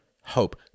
hope